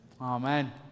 Amen